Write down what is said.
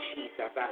Jesus